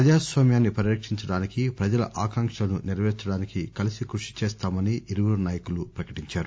ప్రజాస్వామ్యాన్ని పరిరక్షించడానికి ప్రజల ఆకాంక్షలను నెరవేర్సడానికి కలసి కృషి చేస్తామని ఇరువురు నాయకులు ప్రకటించారు